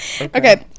okay